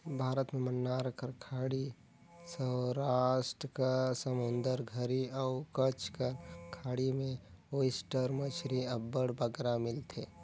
भारत में मन्नार कर खाड़ी, सवरास्ट कर समुंदर घरी अउ कच्छ कर खाड़ी में ओइस्टर मछरी अब्बड़ बगरा मिलथे